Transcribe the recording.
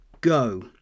go